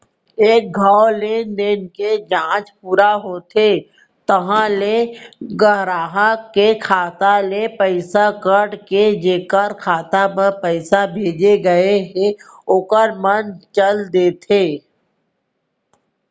एक घौं लेनदेन के जांच पूरा होथे तहॉं ले गराहक के खाता ले पइसा कट के जेकर खाता म पइसा भेजे गए हे ओकर म चल देथे